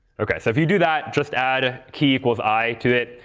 ok, so if you do that just add key equals i to it.